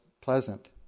pleasant